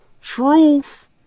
Truth